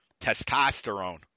Testosterone